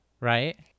right